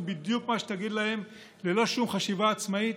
בדיוק מה שתגיד להם ללא שום חשיבה עצמאית?